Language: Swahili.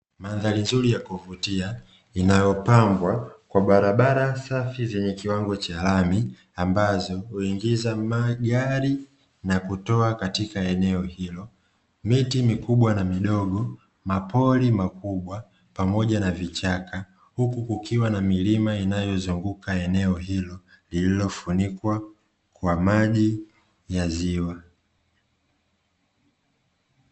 Mandhari nzuri ya kuvutia inayopambwa kwa barabara safi zenye kiwango cha lami ambazo huingiza magari na kutoa katika eneo hilo miti mikubwa na midogo, mapori makubwa pamoja na vichaka huku kukiwa na milima inayozuka eneo hilo lililofunikwa kwa maji ya ziwa.